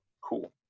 Cool